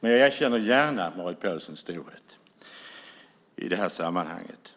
Jag erkänner gärna Marit Paulsens storhet i det här sammanhanget.